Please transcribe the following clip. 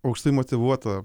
aukštai motyvuota